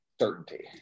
certainty